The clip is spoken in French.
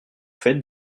faites